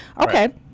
okay